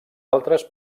altres